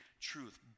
truth